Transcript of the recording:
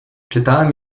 czytałem